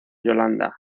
yolanda